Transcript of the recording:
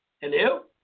Hello